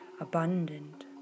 abundant